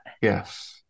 Yes